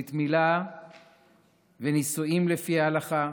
ברית מילה ונישואים לפי ההלכה,